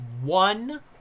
one